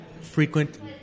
frequent